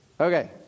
Okay